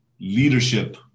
leadership